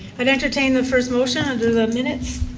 i'd entertain the first motion under the minutes.